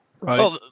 right